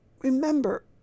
remember